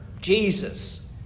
Jesus